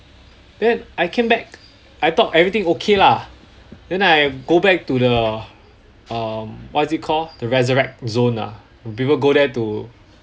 then I came back I thought everything okay lah then I go back to the um what it is call the resurrect zone ah people go there to